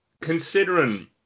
considering